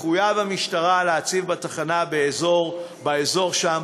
תחויב המשטרה להציב בתחנות באזור שם